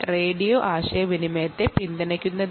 കാരണം ഇത് റേഡിയോ ആശയവിനിമയത്തെ പിന്തുണയ്ക്കുന്നു